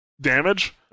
damage